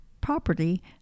property